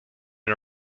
and